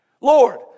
Lord